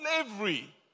slavery